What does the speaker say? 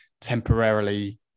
temporarily